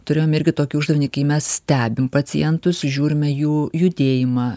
turėjom irgi tokį uždavinį kai mes stebim pacientus žiūrime jų judėjimą